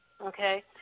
Okay